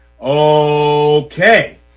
Okay